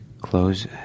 close